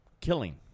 killing